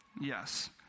Yes